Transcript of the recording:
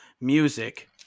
music